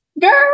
Girl